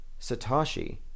Satoshi